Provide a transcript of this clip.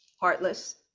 heartless